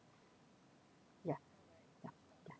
ya ya ya